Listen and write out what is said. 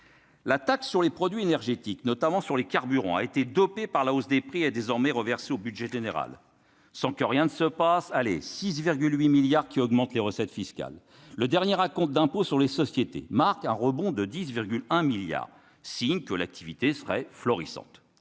La taxe sur les produits énergétiques, notamment sur les carburants a été dopé par la hausse des prix a désormais reversées au budget général sans que rien ne se passe les 6 8 milliards qui augmente les recettes fiscales, le dernier acompte d'impôt sur les sociétés, marque un rebond de 10 1 milliard, signe que l'activité serait florissante